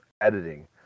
editing